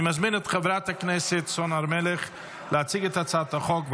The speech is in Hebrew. אני מזמין את חברת הכנסת סון הר מלך להציג את הצעת החוק.